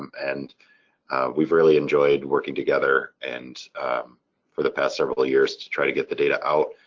and we've really enjoyed working together and for the past several years to try to get the data out.